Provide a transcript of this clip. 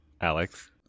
Alex